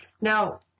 Now